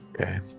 Okay